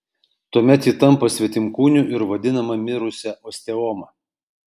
tuomet ji tampa svetimkūniu ir vadinama mirusia osteoma